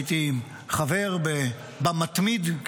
הייתי חבר במתמיד,